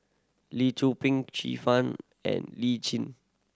Lee Tzu Pheng Fang and Li Chin